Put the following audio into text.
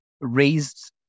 raised